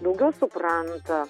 daugiau supranta